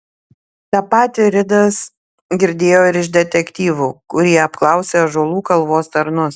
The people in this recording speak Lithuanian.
tą patį ridas girdėjo ir iš detektyvų kurie apklausė ąžuolų kalvos tarnus